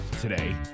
today